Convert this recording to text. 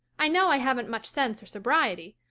i know i haven't much sense or sobriety,